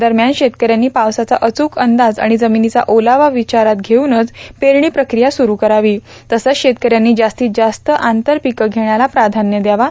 दरम्यान शेतकऱ्यांनी पावसाचा अचूक अंदाज आणि जमीनीचा ओलावा विचारात घेऊनच पेरणीची प्रकिया सुरू करावी तसंच शेतकऱ्यांनी जास्तीत जास्त आंतरपिके घेण्याला प्राधान्य द्यावं